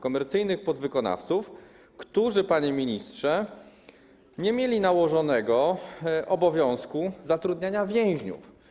Komercyjnych podwykonawców, którzy, panie ministrze, nie mieli nałożonego obowiązku zatrudniania więźniów.